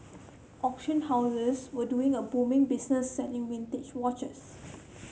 auction houses were doing a booming business selling vintage watches